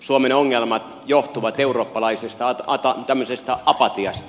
suomen ongelmat johtuvat eurooppalaisesta apatiasta